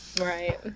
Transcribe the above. Right